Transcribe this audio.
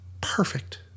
perfect